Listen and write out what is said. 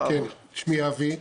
שמי אבי.